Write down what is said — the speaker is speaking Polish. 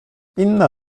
inna